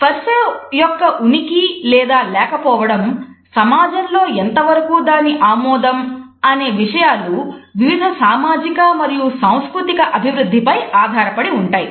స్పర్స యొక్క ఉనికి లేదా లేకపోవడం సమాజంలో ఎంతవరకు దాని ఆమోదం అనే విషయాలు వివిధ సామాజిక మరియు సాంస్కృతిక అభివృద్ధిపై ఆధారపడి ఉంటాయి